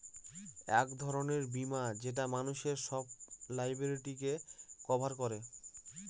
এক ধরনের বীমা যেটা মানুষের সব লায়াবিলিটিকে কভার করে